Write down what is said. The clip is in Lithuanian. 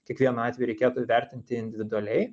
kiekvienu atveju reikėtų įvertinti individualiai